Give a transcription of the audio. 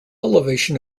elevation